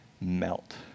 melt